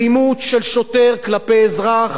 אלימות של שוטר כלפי אזרח